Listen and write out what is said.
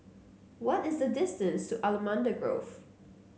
what is the distance to Allamanda Grove